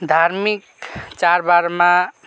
धार्मिक चाडबाडमा